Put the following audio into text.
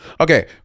okay